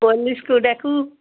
ପୋଲିସ୍କୁ ଡାକୁ